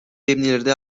эмнелерди